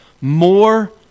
more